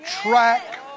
track